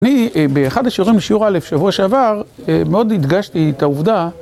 אני באחד השיעורים של שיעור א' שבוע שעבר מאוד הדגשתי את העובדה